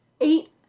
Eight